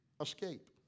escape